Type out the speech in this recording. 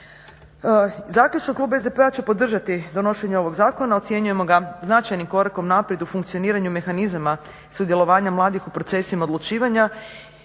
Zaključno, klub SDP-a će podržati donošenje ovog zakona, ocjenjujemo ga značajnim korakom naprijed u funkcioniranju mehanizama sudjelovanja mladih u procesima odlučivanja